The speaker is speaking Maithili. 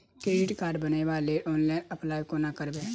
क्रेडिट कार्ड बनाबै लेल ऑनलाइन अप्लाई कोना करबै?